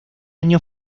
año